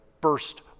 burst